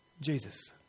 Jesus